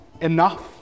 enough